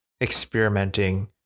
experimenting